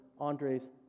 Andre's